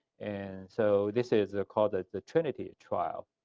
and so this is called the the trinity trial.